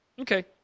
Okay